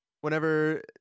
whenever